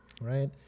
right